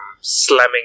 slamming